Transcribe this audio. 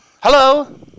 Hello